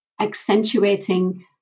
accentuating